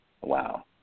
wow